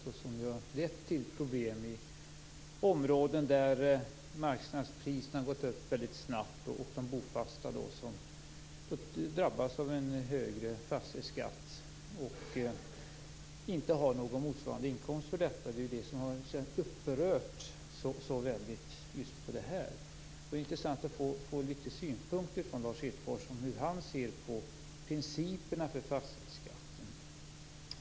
Det har lett till problem i områden där marknadspriserna har gått upp väldigt snabbt. De bofasta drabbas då av en högre fastighetsskatt och har inte någon motsvarande inkomst för detta. Det är det som har upprört så väldigt mycket. Det vore intressant att få litet synpunkter från Lars Hedfors om hur han ser på principerna för fastighetsskatten.